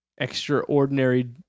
extraordinary